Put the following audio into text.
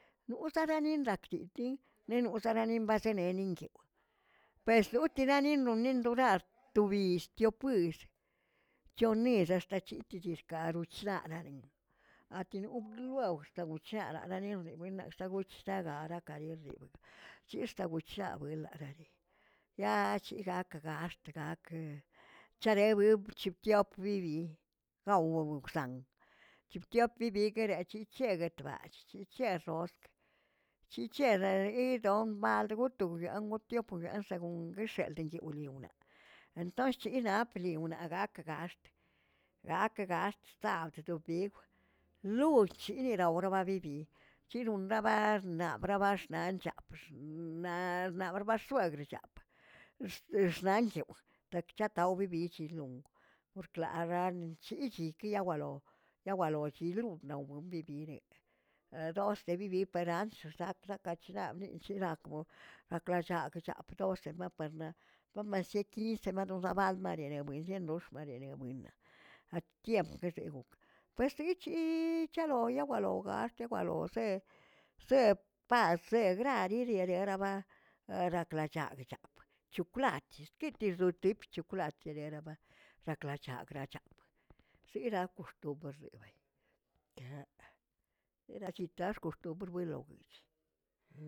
Noolə zarani zakdindin enoolə zaranelin bazeneꞌnyoꞌo, perzutaninno nindoꞌrar to biull topiull, c̱honiillz axt chindidixkaꞌarochlaꞌlarin atinogglweo xtagucharalenerli buennix̱agolch xagaraꞌ karerixbgə ̱c̱hix̱taoguchaꞌ wilarerə yaa c̱hi gak gax̱t gakə charebub c̱huptiop bibiyi gawowougxsan, ̱c̱hoptiob bibiguirichichiegꞌuetꞌballꞌ chic̱hee rrosk, chichieri yidoꞌo bald gotuꞌun rangutiopꞌ ganx segun guixenldiꞌnyodiliunaꞌ, entonshch chinaꞌa bliꞌonaꞌ gak gaxt, gakə gaxt chsabd, domingw, lun chindaurababidꞌ chiroꞌn rabad naꞌ brabaxt anchap xnaꞌa ba baxsuꞌachgrchapch ers- eryanyuꞌ tak chatawaobibi chilong orklarara ichigui yawalo yawalo chiling yawong bibireꞌe, dosdibibi para' antsrzak rzakachrabni chirakbo raklachaꞌgꞌ chap dosema baparnaꞌ to mesequince manodose balweeribuin yendox barenineꞌ buennaꞌ atiempkereꞌok puestiichiꞌi chaloꞌyawoꞌ alogaꞌ guewaloseg zeb pasb zee graag iririgaragraba araklachaꞌgchaꞌ, ̱c̱huklati kitirortipch chkulati kwalteereba raklachakꞌ krachap siraꞌa poxtoberzeebey rachitaꞌxkog burbelowꞌgch.